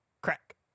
crack